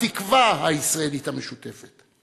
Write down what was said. התקווה הישראלית המשותפת.